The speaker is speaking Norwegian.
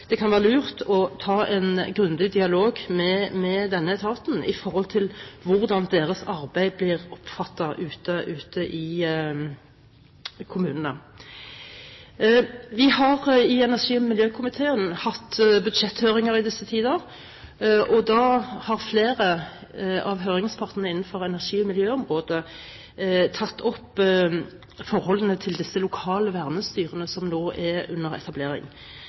det kan være lurt å ta en grundig dialog med denne etaten med tanke på hvordan deres arbeid blir oppfattet ute i kommunene. Vi i energi- og miljøkomiteen har hatt budsjetthøringer i disse tider, og da har flere av høringspartene innenfor energi- og miljøområdet tatt opp forholdene til de lokale vernestyrene som nå er under etablering.